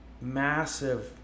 massive